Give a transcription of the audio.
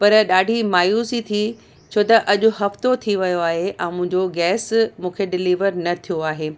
पर ॾाढी मायूसी थी छो त अॼु हफ़्तो थी वियो आहे ऐं मुंहिंजो गैस मूंखे डिलीवर न थियो आहे